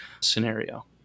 scenario